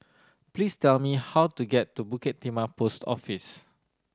please tell me how to get to Bukit Timah Post Office